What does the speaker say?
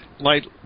light